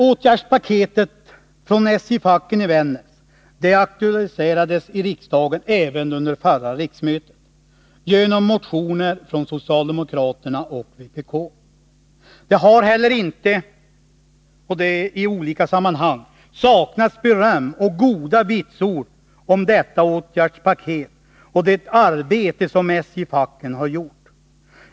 Åtgärdspaketet från SJ-facken i Vännäs aktualiserades i riksdagen även under förra riksmötet, genom motioner från socialdemokraterna och vpk. Det har heller inte — i olika sammanhang — saknats beröm och goda vitsord om detta åtgärdspaket och det arbete som SJ-facken har gjort.